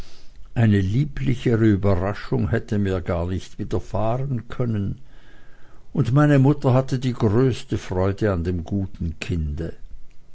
eine lieblichere überraschung hätte mir gar nicht widerfahren können und meine mutter hatte die größte freude an dem guten kinde